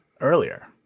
earlier